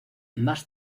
más